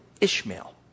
Ishmael